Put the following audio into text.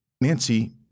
Nancy